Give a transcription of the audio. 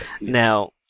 Now